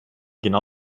genau